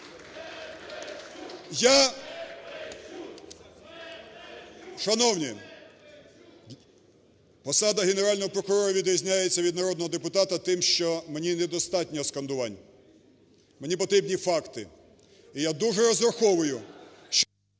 Шановні, посада Генерального прокурора відрізняється від народного депутата тим, що мені недостатньо скандувань, мені потрібні факти. І я дуже розраховую, що…